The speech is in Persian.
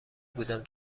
بودم